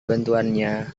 bantuannya